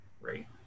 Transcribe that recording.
right